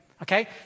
Okay